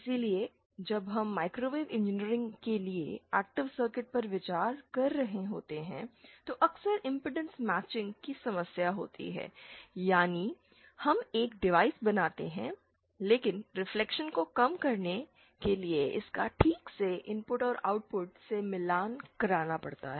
इसलिए जब हम माइक्रोवेव इंजीनियरिंग के लिए एक्टिव सर्किट पर विचार कर रहे होते हैं तो अक्सर इम्पीडेंस मैचिंग की समस्या होती है यानी हम एक डिवाइस बनाते हैं लेकिन रिफ्लेक्शन को कम करने के लिए इसका ठीक से इनपुट और आउटपुट से मिलान करना पड़ता है